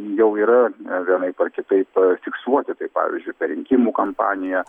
jau yra vienaip ar kitaip fiksuoti tai pavyzdžiui per rinkimų kampaniją